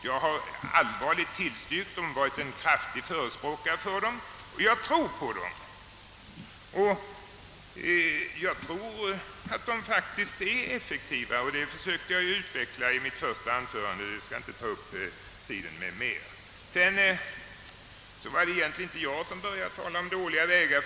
Jag har varit med om att tillstyrka dem, jag har varit en stark förespråkare för dem och jag tror att de faktiskt är effektiva. Det försökte jag utveckla i mitt första anförande, och jag skall inte ta upp mer tid med det nu. Det var inte jag som började tala om dåliga vägar.